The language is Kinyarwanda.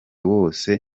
wose